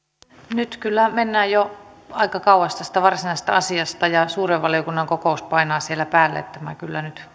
nyt kyllä mennään jo aika kauas tästä varsinaisesta asiasta ja suuren valiokunnan kokous painaa päälle eli minä kyllä nyt